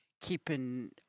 keeping